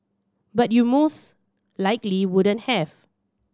but you most likely wouldn't have